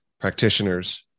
practitioners